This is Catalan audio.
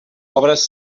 obres